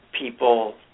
people